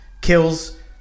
kills